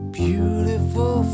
beautiful